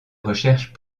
recherche